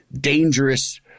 dangerous